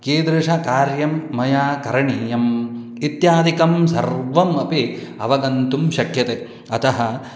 कीदृशकार्यं मया करणीयम् इत्यादिकं सर्वमपि अवगन्तुं शक्यते अतः